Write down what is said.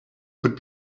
could